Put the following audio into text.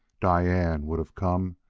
diane would have come,